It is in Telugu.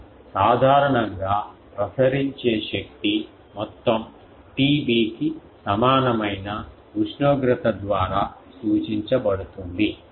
సాధారణంగా ప్రసరించే శక్తి మొత్తం TB కి సమానమైన ఉష్ణోగ్రత ద్వారా సూచించబడుతుంది